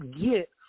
get